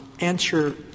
answer